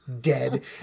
dead